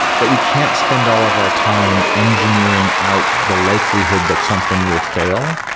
that we can't spend all of our time engineering out the likelihood that something will fail.